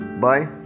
Bye